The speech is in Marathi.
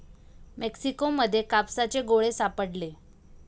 मेक्सिको मध्ये कापसाचे गोळे सापडले